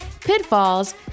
pitfalls